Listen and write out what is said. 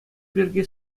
пирки